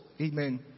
Amen